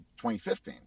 2015